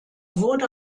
wurde